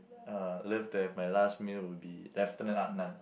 uh love to have my last meal would be Lieutenant Adnan